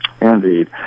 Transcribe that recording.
Indeed